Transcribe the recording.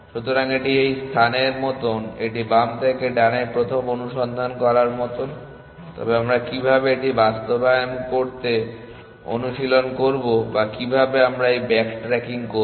সুতরাং এটি এই স্থানের মতো এটি বাম থেকে ডানে প্রথম অনুসন্ধান করার মতো তবে আমরা কীভাবে এটি বাস্তবায়ন করতে অনুশীলন করব বা কীভাবে আমরা এই ব্যাক ট্রাকিং করব